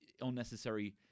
unnecessary